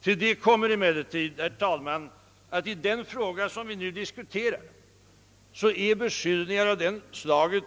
Till detta kommer emellertid, herr talman, att i den fråga som vi nu diskuterar beskyllningar av detta slag